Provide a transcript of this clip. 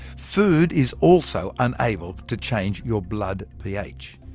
food is also unable to change your blood ph.